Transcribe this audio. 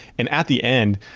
and at the end,